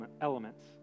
elements